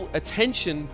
attention